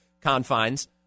confines